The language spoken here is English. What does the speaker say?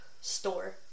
store